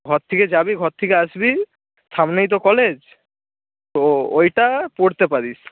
ঘর থেকে যাবি ঘর থেকে আসবি সামনেই তো কলেজ তো ওইটা পড়তে পারিস